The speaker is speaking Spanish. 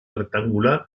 rectangular